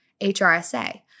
HRSA